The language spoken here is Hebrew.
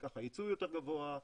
וככה יצוא יותר גבוה,